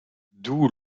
doo